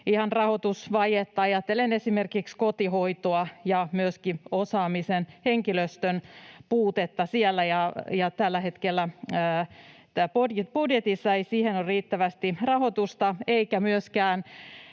ihan rahoitusvajetta ajatellen esimerkiksi kotihoitoa, ja myöskin siellä on osaamisen, henkilöstön puutetta. Tällä hetkellä budjetissa ei siihen ole riittävästi rahoitusta, eikä myöskään